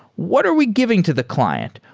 what are we giving to the client?